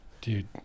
dude